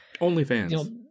OnlyFans